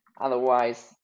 Otherwise